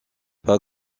pas